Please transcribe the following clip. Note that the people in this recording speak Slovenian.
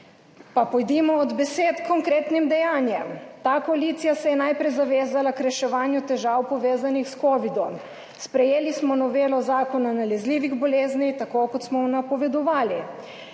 Pa pojdimo od besed h konkretnim dejanjem. Ta koalicija se je najprej zavezala k reševanju težav, povezanih s covidom. Sprejeli smo novelo Zakona o nalezljivih boleznih, tako kot smo napovedovali.